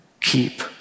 Keep